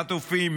חטופים,